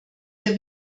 sehr